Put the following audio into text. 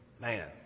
man